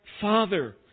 Father